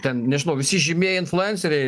ten nežinau visi žymieji influenceriai